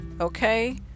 Okay